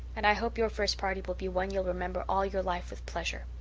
and i hope your first party will be one you'll remember all your life with pleasure.